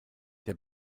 der